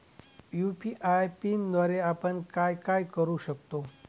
UPI पिनद्वारे आपण काय काय करु शकतो?